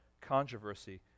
Controversy